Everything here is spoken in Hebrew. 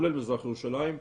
כולל מזרח ירושלים,